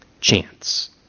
chance